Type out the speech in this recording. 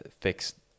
fix